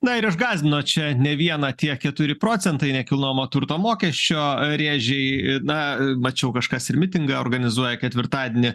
na ir išgąsdino čia ne vieną tie keturi procentai nekilnojamo turto mokesčio rėžiai na mačiau kažkas ir mitingą organizuoja ketvirtadienį